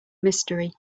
mystery